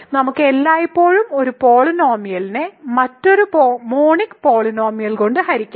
നമുക്ക് എല്ലായ്പ്പോഴും ഒരു പോളിനോമിയലിനെ മറ്റൊരു മോണിക് പോളിനോമിയൽ കൊണ്ട് ഹരിക്കാം